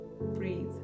breathe